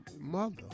mother